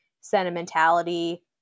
sentimentality